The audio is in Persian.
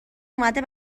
اومده